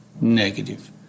negative